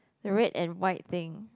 the red and white thing